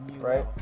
Right